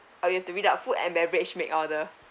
uh you have to read up food and beverage make order